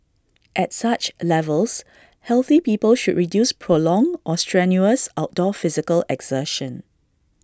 at such levels healthy people should reduce prolonged or strenuous outdoor physical exertion